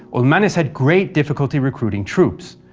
ulmanis had great difficulty recruiting troops.